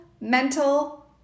mental